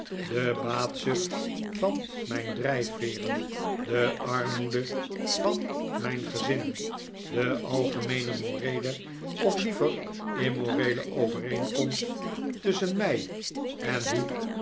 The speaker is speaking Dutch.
de baatzucht van mijn drijfveeren de armogde van mijn gezin de algemeene moreele of liever immoreele overeenkomst tusschen mij en heep